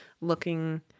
looking